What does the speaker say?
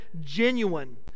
genuine